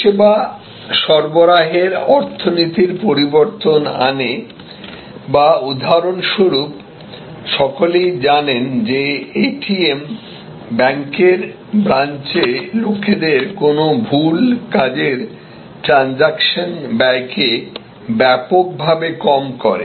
পরিষেবা সরবরাহের অর্থনীতির পরিবর্তন আনে বা উদাহরণস্বরূপ সকলেই জানেন যে এটিএম ব্যাংকের ব্রাঞ্চে লোকেদের কোন ভুল কাজের ট্রানজাকশন ব্যয়কে ব্যাপকভাবে কম করে